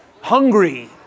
hungry